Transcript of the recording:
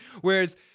Whereas